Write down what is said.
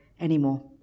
anymore